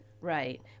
Right